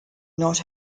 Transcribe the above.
not